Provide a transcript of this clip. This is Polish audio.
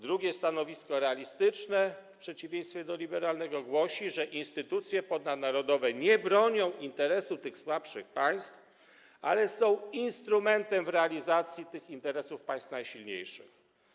Drugie stanowisko, realistyczne, w przeciwieństwie do liberalnego głosi, że instytucje ponadnarodowe nie bronią interesu tych słabszych państw, ale są instrumentem realizacji interesów państw najsilniejszych.